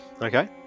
Okay